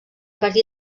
partir